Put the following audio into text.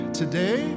today